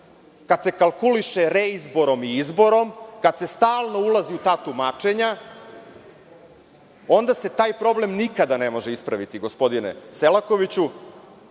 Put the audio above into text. kada se kalkuliše reizborom i izborom, kada se stalno ulazi u ta tumačenja, onda se taj problem nikad ne može ispraviti, gospodine Selakoviću,